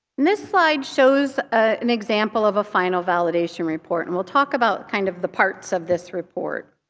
this slide shows an example of a final validation report. and we'll talk about kind of the parts of this report.